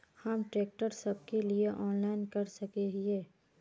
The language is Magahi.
हम ट्रैक्टर सब के लिए ऑनलाइन कर सके हिये?